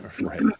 Right